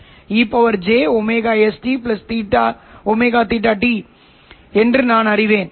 ωs ωLO இருக்கும்போது இது ஹோமோடைன் அல்லது பூஜ்ஜிய IF என்று கூறுகிறோம்